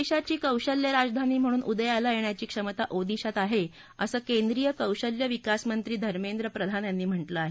देशाची कौशल्य राजधानी म्हणून उदयाला येण्याची क्षमता ओदिशात आहे असं केद्रीय कौशल्य विकास मंत्री धर्मेंद्र प्रधान यांनी म्हा कें आहे